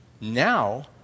now